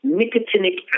nicotinic